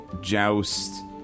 joust